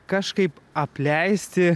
kažkaip apleisti